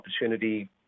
opportunity